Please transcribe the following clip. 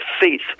faith